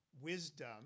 wisdom